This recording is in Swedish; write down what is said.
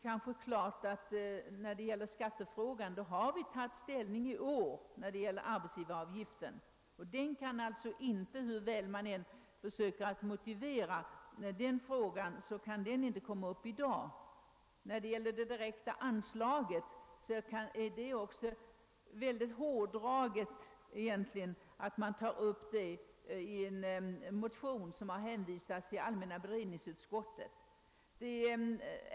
Vi har ju i år tagit ställning till arbetsgivaravgiften, och hur väl man än försöker motivera en ändring i det avseendet, kan alltså den frågan inte komma upp i dag. Det är också väldigt hårdraget att ta upp frågan om det direkta anslaget i en motion som hänvisas till allmänna beredningsutskottet.